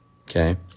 Okay